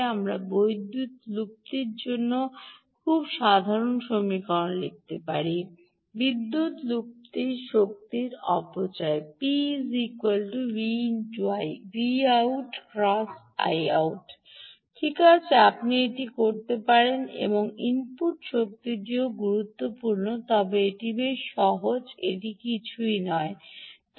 আমরা বিদ্যুৎ বিলুপ্তির জন্য খুব সাধারণ সমীকরণ লিখতে পারি বিদ্যুৎ বিলুপ্তি শক্তি অপচয় PV ×I Vout ×I out ঠিক আছে আপনি এটি করতে পারেন এবং ইনপুট শক্তিটিও গুরুত্বপূর্ণ তবে এটি বেশ সহজ এটি কিছুই নয় তবে V